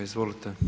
Izvolite.